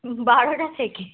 বারোটা থেকে